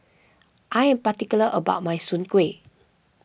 I am particular about my Soon Kueh